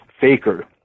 Faker